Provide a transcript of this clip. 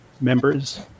members